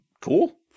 Cool